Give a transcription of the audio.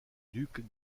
duc